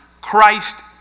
Christ